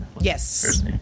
Yes